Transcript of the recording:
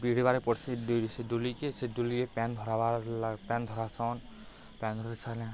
ବିଡ଼ିବାକେ ପଡ଼୍ସି ସେ ଡୁଲିକେ ସେ ଡୁଲିକେ ପାଏନ୍ ଧରାବାର୍ ପାଏନ୍ ଧରାସନ୍ ପାଏନ୍ ଧରେଇ ସାଏଲେ